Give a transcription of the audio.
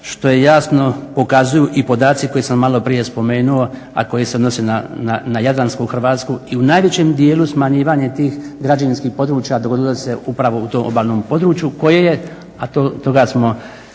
Što jasno pokazuju i podaci koje sam maloprije spomenuo, a koji se odnose na Jadransku Hrvatsku i najvećem dijelu smanjivanje tih građevinskih području dogodilo se upravo u tom obalnom području koje je, a toga smo